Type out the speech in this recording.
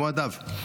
במו ידיו,